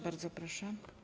Bardzo proszę.